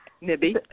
Nibby